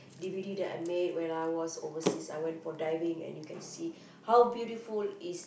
D_V_D that I made when I was overseas I went for diving and you can see how beautiful is